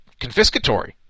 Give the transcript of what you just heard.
confiscatory